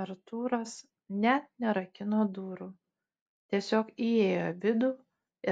artūras net nerakino durų tiesiog įėjo į vidų